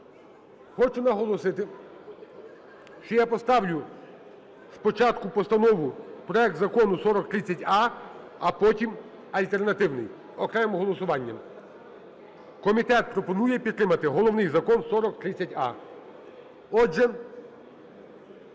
Хочу наголосити, що я поставлю спочатку постанову проект закону 4030а, а потім альтернативний окремим голосуванням. Комітет пропонує підтримати головний закон - 4030а. Отже,